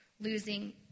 losing